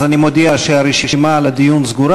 אז אני מודיע שהרשימה סגורה.